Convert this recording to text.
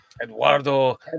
Eduardo